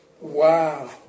Wow